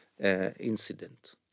incident